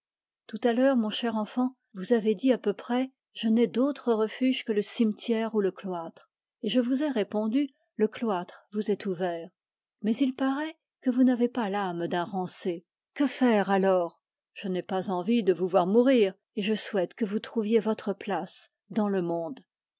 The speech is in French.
tout à l'heure mon cher enfant vous avez dit à peu près je n'ai d'autre refuge que le cimetière ou le cloître et je vous ai répondu le cloître vous est ouvert mais il paraît que vous n'avez pas l'âme d'un rancé que faire alors je n'ai pas envie de vous voir mourir et je souhaite que vous trouviez votre place dans le monde